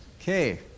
Okay